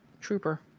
trooper